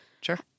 Sure